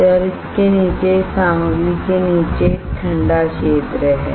और इसके नीचे इस सामग्री के नीचे एक ठंडा क्षेत्र है